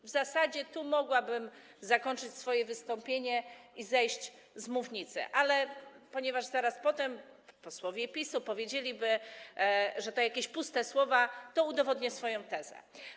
W zasadzie mogłabym tu zakończyć swoje wystąpienie i zejść z mównicy, ale ponieważ zaraz potem posłowie PiS-u powiedzieliby, że to jakieś puste słowa, udowodnię swoją tezę.